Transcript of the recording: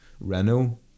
Renault